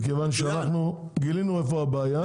כיוון שאנחנו גילינו איפה הבעיה,